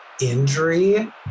injury